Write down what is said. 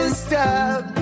stop